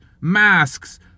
masks